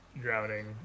drowning